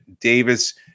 Davis